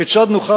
כיצד נוכל,